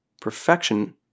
Perfection